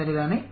சரிதானே